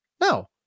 No